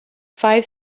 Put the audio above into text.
five